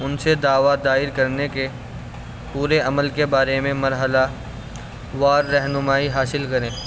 ان سے دعوی دائر کرنے کے پورے عمل کے بارے میں مرحلہ وار رہنمائی حاصل کریں